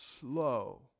slow